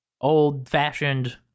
old-fashioned